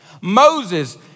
Moses